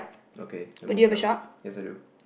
okay then move down yes I do